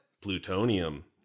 plutonium